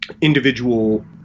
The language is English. individual